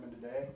today